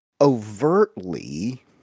overtly